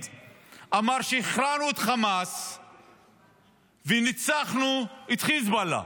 אמר שהכרענו את חמאס וניצחנו את חיזבאללה,